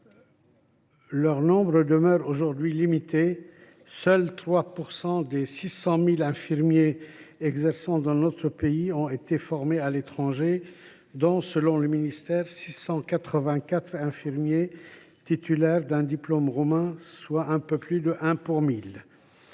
demeure d’ailleurs limité : seuls 3 % des infirmiers exerçant dans notre pays ont été formés à l’étranger, dont, selon le ministère, 684 infirmiers titulaires d’un diplôme roumain, soit un peu plus de 1 pour 1 000.